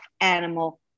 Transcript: animal